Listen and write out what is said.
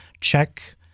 check